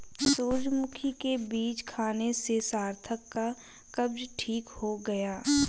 सूरजमुखी के बीज खाने से सार्थक का कब्ज ठीक हो गया